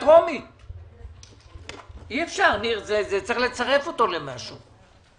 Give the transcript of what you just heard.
אי אפשר, ניר, צריך לצרף את זה למשהו.